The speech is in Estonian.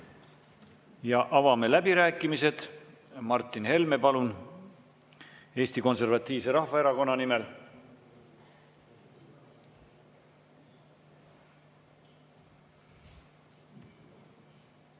Avame läbirääkimised. Martin Helme, palun, Eesti Konservatiivse Rahvaerakonna nimel!